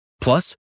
Plus